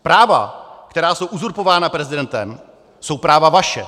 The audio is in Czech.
Práva, která jsou uzurpována prezidentem, jsou práva vaše.